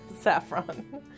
Saffron